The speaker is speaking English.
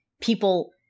people